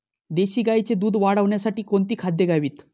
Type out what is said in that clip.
देशी गाईचे दूध वाढवण्यासाठी कोणती खाद्ये द्यावीत?